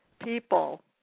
people